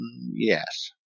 Yes